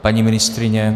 Paní ministryně?